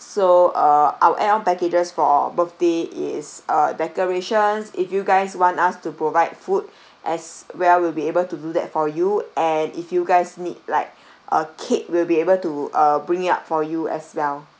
so uh our add on packages for birthday is a decorations if you guys want us to provide food as well will be able to do that for you and if you guys need like a cake will be able to uh bring it up for you as well